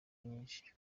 nyinshi